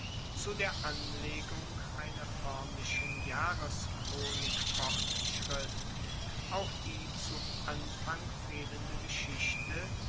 zu der anlegung einer foermlichen jahreschronik fortschritt auch die zu anfang fehlende geschichte